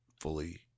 fully